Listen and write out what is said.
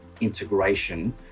integration